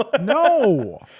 No